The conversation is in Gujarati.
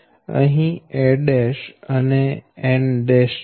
આ a' અને n' છે